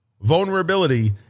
Vulnerability